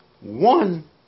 one